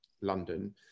London